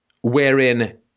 wherein